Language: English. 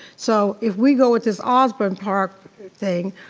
so if we go with this osbourn park thing,